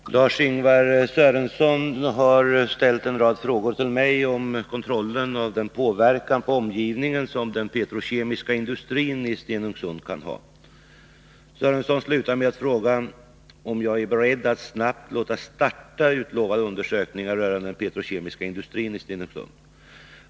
Fru talman! Lars-Ingvar Sörenson har ställt en rad frågor till mig om kontrollen av den påverkan på omgivningen som den petrokemiska industrin i Stenungsund kan ha. Han slutar med att fråga mig om jag är beredd att snabbt låta starta utlovade undersökningar rörande den petrokemiska industrin i Stenungsund.